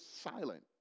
silent